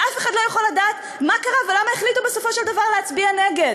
ואף אחד לא יכול לדעת מה קרה ולמה החליטו בסופו של דבר להצביע נגד.